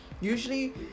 Usually